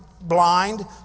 blind